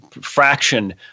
fraction